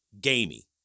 Gamey